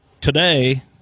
Today